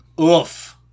Oof